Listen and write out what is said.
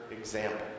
example